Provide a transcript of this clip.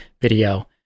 video